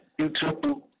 YouTube